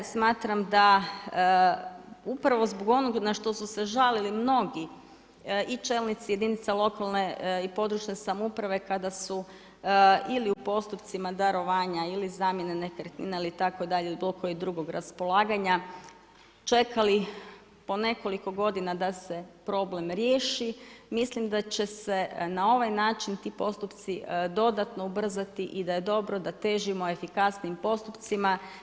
Smatram da upravo zbog onog na što se žalili mnogi i čelnici jedinica lokalne i područne samouprave kada su ili u postupcima darovanja ili zamjene nekretnina itd. i bilo kojeg drugog raspolaganja čekali po nekoliko godina da se problem riješi, mislim da će se na ovaj način ti postupci dodatno ubrzati i da je dobro da težimo efikasnijim postupcima.